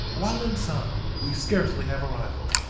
while in some we scarcely have a rival.